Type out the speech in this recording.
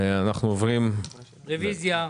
רוויזיה.